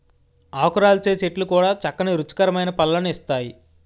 ఆకురాల్చే చెట్లు కూడా చక్కని రుచికరమైన పళ్ళను ఇస్తాయి